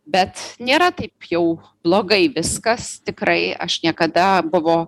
bet nėra taip jau blogai viskas tikrai aš niekada buvo